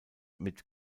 mit